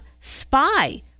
spy